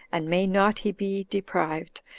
and may not he be deprived,